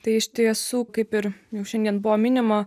tai iš tiesų kaip ir jau šiandien buvo minima